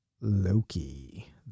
loki